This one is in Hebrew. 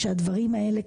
שהדברים האלה,